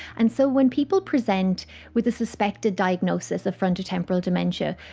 and so when people present with a suspected diagnosis of frontotemporal dementia,